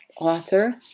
author